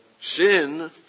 sin